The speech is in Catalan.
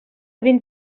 vint